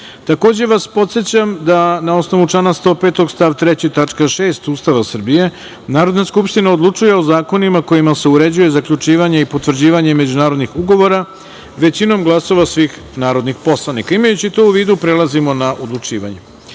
celini. Takođe vas podsećam da, na osnovu člana 105. stav 3. tačka 6. Ustava Srbije, Narodna skupština odlučuje o zakonima kojima se uređuje zaključivanje i potvrđivanje međunarodnih ugovora, većinom glasova svih narodnih poslanika. Imajući to u vidu, prelazimo na odlučivanje. Osma